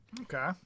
okay